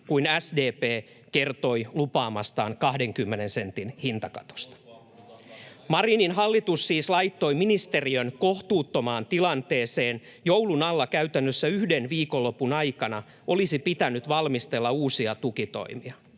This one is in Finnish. kuin SDP kertoi lupaamastaan 20 sentin hintakatosta. [Vilhelm Junnila: Uusi vappusatanen!] Marinin hallitus siis laittoi ministeriön kohtuuttomaan tilanteeseen: joulun alla käytännössä yhden viikonlopun aikana olisi pitänyt valmistella uusia tukitoimia.